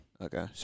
Okay